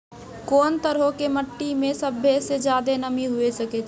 कोन तरहो के मट्टी मे सभ्भे से ज्यादे नमी हुये सकै छै?